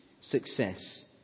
success